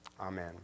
Amen